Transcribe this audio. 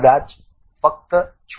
કદાચ ફક્ત 6